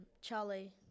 Charlie